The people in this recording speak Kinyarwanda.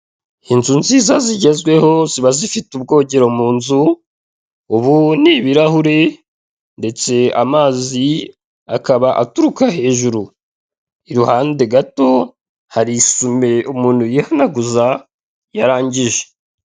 Inzu nziza zigezweho ziba zifite ubwogero mu nzu, ubu ni ibirahure ndetse amazi akaba aturuka hejuru, iruhande gato hari isume umuntu yihanaguza iyo arangije.